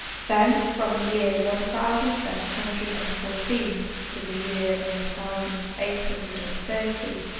then, from the year one thousand seven hundred and fourteen to the year one thousand, eight hundred and thirty,